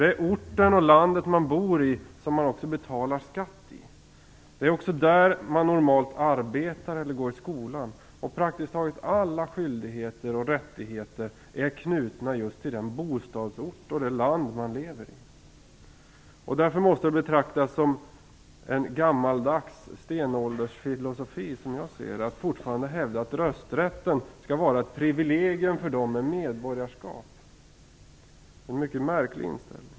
Det är den ort och det land man bor i som man också betalar skatt i. Det är också där man normalt arbetar eller går i skolan. Praktiskt taget alla skyldigheter och rättigheter är knutna just till den bostadsort man har och det land man lever i. Därför måste det betraktas som en gammaldags stenåldersfilosofi, som jag ser det, att fortfarande hävda att rösträtten skall vara ett privilegium för dem med medborgarskap. En mycket märklig inställning.